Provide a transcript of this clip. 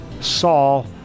Saul